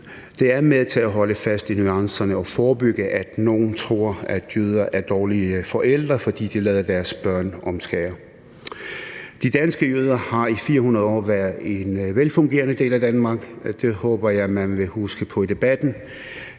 Det er med til at holde fast i nuancerne og forebygge, at nogle tror, at jøder er dårlige forældre, fordi de lader deres børn omskære. De danske jøder har i 400 år været en velfungerende del af Danmark, og det håber jeg man vil huske på i debatten.